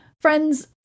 friends